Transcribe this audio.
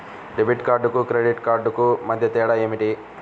Debit కార్డుకు credit credit కార్డుకు మధ్య తేడా ఏమిటీ?